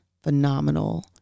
phenomenal